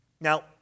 Now